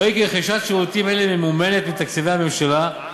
ברי כי רכישת שירותים אלו ממומנת מתקציבי הממשלה,